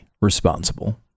responsible